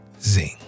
zing